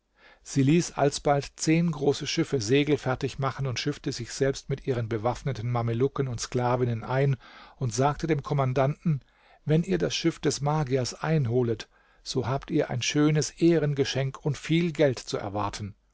sie ließ alsbald zehn große schiffe segelfertig machen und schiffte sich selbst mit ihren bewaffneten mamelucken und sklavinnen ein und sagte dem kommandanten wenn ihr das schiff des magiers einholet so habt ihr ein schönes ehrengeschenk und viel geld zu erwarten